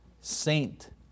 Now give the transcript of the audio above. saint